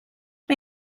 mae